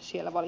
siellä valiokunnassa tehdään